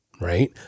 right